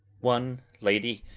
one, lady,